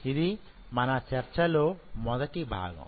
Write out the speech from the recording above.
ఇది మన చర్చలో మొదటి భాగం